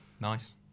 nice